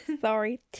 sorry